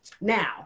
now